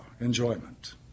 enjoyment